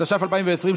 התש"ף 2020,